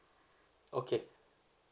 okay